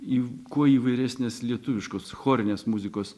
į kuo įvairesnes lietuviškos chorinės muzikos